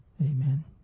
Amen